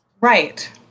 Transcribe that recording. Right